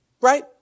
right